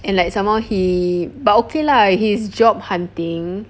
and like some more he but okay lah he's job hunting